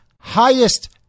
highest